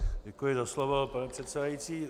Děkuji za slovo, pane předsedající.